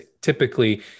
typically